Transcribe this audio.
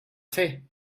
fer